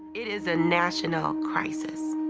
it is a national crisis.